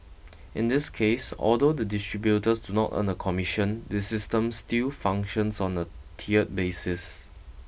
in this case although the distributors do not earn a commission the system still functions on a tiered basis